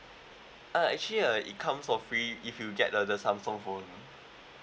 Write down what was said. ah actually uh it come for free if you get the the Samsung phone